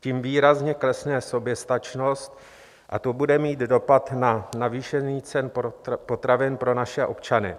Tím výrazně klesne soběstačnost a to bude mít dopad na navýšení cen potravin pro naše občany.